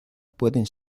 pueden